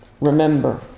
Remember